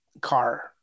car